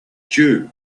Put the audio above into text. due